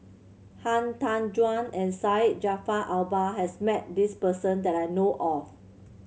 Han Tan Juan and Syed Jaafar Albar has met this person that I know of